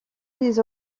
les